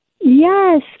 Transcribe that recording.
Yes